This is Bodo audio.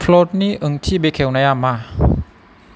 प्ल'टनि ओंथि बेखेवनाया मा